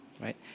right